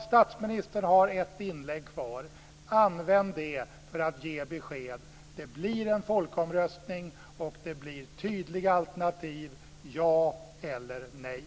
Statsministern har ett inlägg kvar. Använd det till att ge besked: Det blir en folkomröstning och det blir tydliga alternativ, ja eller nej.